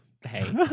Hey